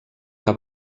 que